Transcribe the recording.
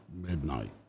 midnight